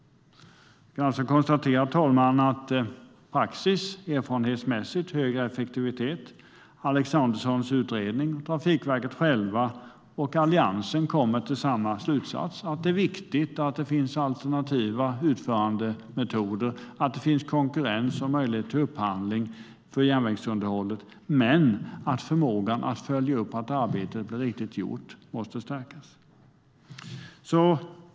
Jag kan alltså konstatera att när det gäller praxis och erfarenheten av större effektivitet kommer Alexanderssons utredning, Trafikverket självt och Alliansen till samma slutsats, nämligen att det är viktigt att det finns alternativa utförandemetoder, att det finns konkurrens och möjlighet till upphandling för järnvägsunderhållet, men att förmågan att följa upp att arbetet är riktigt gjort måste stärkas. Herr talman!